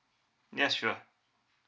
yes sure